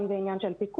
גם זה עניין של פיקוח.